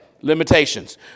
limitations